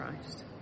Christ